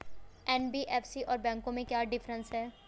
NBFC और बैंकों में क्या डिफरेंस है?